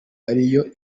ariyo